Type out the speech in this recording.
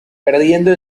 perdiendo